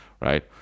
right